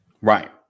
Right